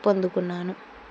పొందుకున్నాను